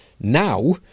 Now